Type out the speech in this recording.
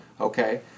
Okay